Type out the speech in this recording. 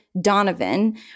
Donovan